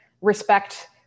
respect